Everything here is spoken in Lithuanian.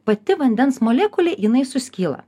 pati vandens molekulė jinai suskyla